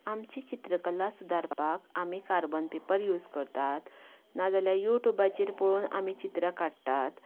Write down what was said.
आमची चित्रकला सुदारपाक आमी कार्बन पेपर यूज करतात नाजाल्यार युट्यूबाचेर पळोवन आमी चित्रां काडटात